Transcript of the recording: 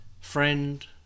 Friend